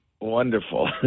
Wonderful